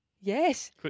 Yes